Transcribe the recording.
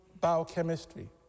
biochemistry